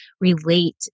relate